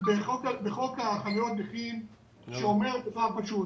בחוק חניות נכים שאומר דבר פשוט.